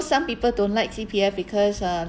some people don't like C_P_F because uh